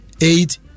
eight